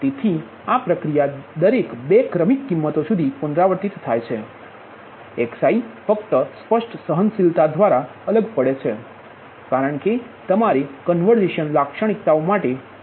તેથી આ પ્રક્રિયા દરેક 2 ક્રમિક કિંમતો સુધી પુનરાવર્તિત થાય છે xi ફક્ત સ્પષ્ટ સહનશીલતા દ્વારા અલગ પડે છે કારણ કે તમારે કન્વર્ઝેશન લાક્ષણિકતાઓ માટે જવું પડશે